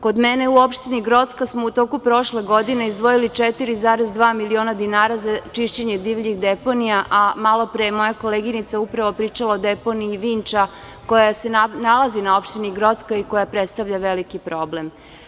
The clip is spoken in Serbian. Kod mene u opštini Grocka smo u toku prošle godine izdvojili 4,2 miliona dinara za čišćenje divljih deponija, a malopre je moja koleginica upravo pričala o deponiji Vinča koja se nalazi na opštini Grocka i koja predstavlja veliki problem.